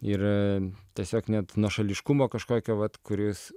ir tiesiog net nuošališkumo kažkokio vat kuris